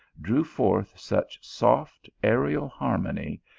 drew forth such soft, aerial harmony,